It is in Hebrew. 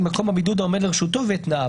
מקום הבידוד העומד לרשותו ואת תנאיו".